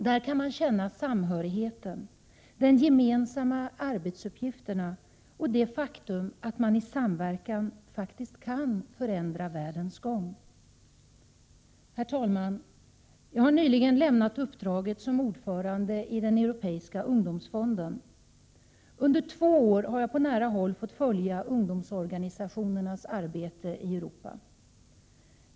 Där kan man känna samhörigheten, de gemensamma arbetsuppgifterna och det faktum att man i samverkan faktiskt kan förändra världens gång. Herr talman! Jag har nyligen lämnat uppdraget som ordförande i den Europeiska ungdomsfonden. Under två år har jag på nära håll fått följa ungdomsorganisationernas arbete i Europa.